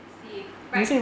C_A but